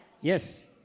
Yes